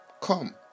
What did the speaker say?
Come